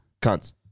cunts